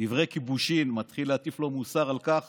דברי כיבושין, מתחיל להטיף לו מוסר על כך